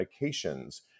medications